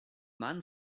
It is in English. man